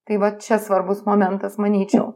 tai va čia svarbus momentas manyčiau